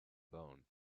bone